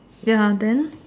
ya then